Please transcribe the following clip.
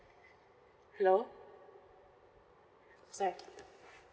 hello sorry